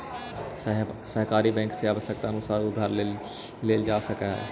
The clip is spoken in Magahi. सहकारी बैंक से आवश्यकतानुसार उधार लेल जा सकऽ हइ